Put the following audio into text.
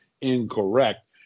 incorrect